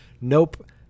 Nope